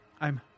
I'm